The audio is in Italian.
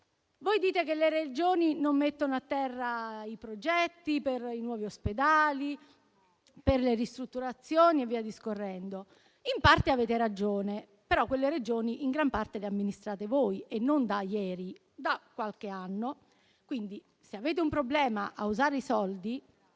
Voi dite che le Regioni non mettono a terra i progetti per i nuovi ospedali, per le ristrutturazioni e via discorrendo. In parte avete ragione, però quelle Regioni in gran parte le amministrate voi e non da ieri, ma da qualche anno, quindi, se avete un problema a usare i soldi,